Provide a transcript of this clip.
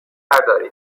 بردارید